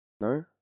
no